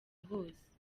hose